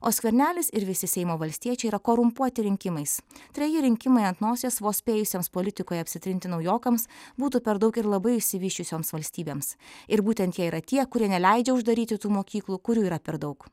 o skvernelis ir visi seimo valstiečiai yra korumpuoti rinkimais treji rinkimai ant nosies vos spėjusiems politikoje apsitrinti naujokams būtų per daug ir labai išsivysčiusioms valstybėms ir būtent jie yra tie kurie neleidžia uždaryti tų mokyklų kurių yra per daug